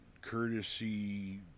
courtesy